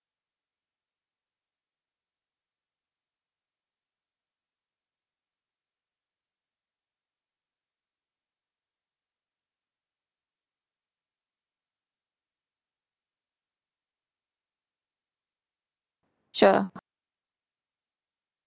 sure